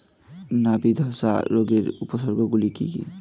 নাবি ধসা রোগের উপসর্গগুলি কি কি?